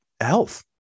health